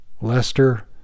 Lester